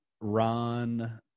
Ron